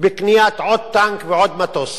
בקניית עוד טנק ועוד מטוס.